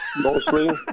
mostly